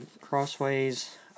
Crossways